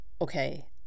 okay